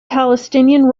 palestinian